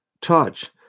touch